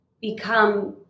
become